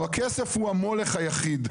הכסף זה המולך היחיד.